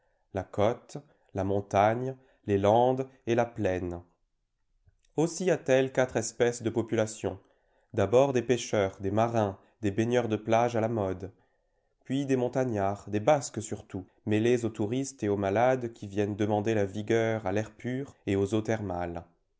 la côte la montagne les landes et la plaine aussi a-t-elle quatre espèces de population d'abord des pêcheurs des marins des baigneurs de plages à la mode puis des montagnards des basques surtout mêlés aux touristes et aux malades qui viennent demander la vigueur à l'air pur et aux eaux thermales